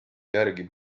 järgi